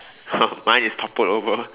mine is toppled over